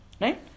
Right